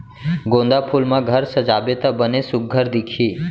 गोंदा फूल म घर सजाबे त बने सुग्घर दिखही